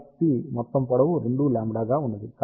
కాబట్టి మొత్తం పొడవు 2λ గా ఉన్నది